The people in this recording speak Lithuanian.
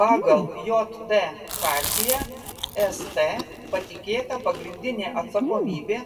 pagal jt chartiją st patikėta pagrindinė atsakomybė